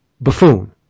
buffoon